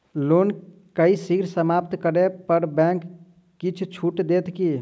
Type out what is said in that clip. loan केँ शीघ्र समाप्त करै पर बैंक किछ छुट देत की